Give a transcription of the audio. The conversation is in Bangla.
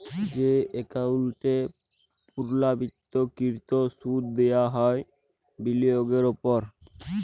যে একাউল্টে পুর্লাবৃত্ত কৃত সুদ দিয়া হ্যয় বিলিয়গের উপর